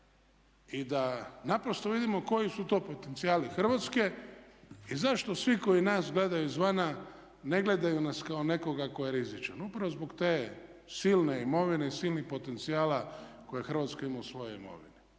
i da naprosto vidimo koji su to potencijali Hrvatske i zašto svi koji nas gledaju izvana ne gledaju nas kao nekoga ko je rizičan? Upravo zbog te silne imovine i silnih potencijala koje Hrvatska ima u svojoj imovini.